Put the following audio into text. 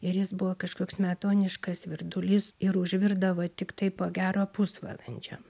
ir jis buvo kažkoks smetoniškas virdulys ir užvirdavo tiktai po gero pusvalandžio